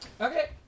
Okay